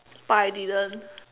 but I didn't